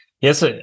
yes